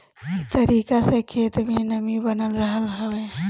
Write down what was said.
इ तरीका से खेत में नमी बनल रहत हवे